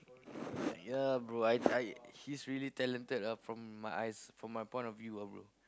ya bro I I he's really talented ah from my eyes from my point of view ah bro